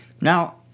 Now